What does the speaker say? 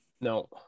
No